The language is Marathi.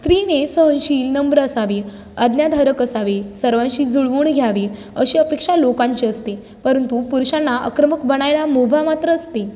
स्त्रीने सहनशील नम्र असावे आज्ञाधारक असावे सर्वांशी जुळवून घ्यावे अशी अपेक्षा लोकांची असते परंतु पुरुषांना आक्रमक बनायला मुभा मात्र असते